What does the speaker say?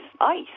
ice